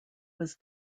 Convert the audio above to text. was